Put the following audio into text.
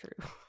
true